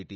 T